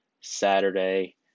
Saturday